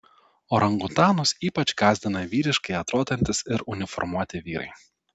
orangutanus ypač gąsdina vyriškai atrodantys ir uniformuoti vyrai